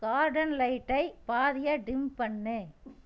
garden லைட்டை பாதியாக dim பண்ணு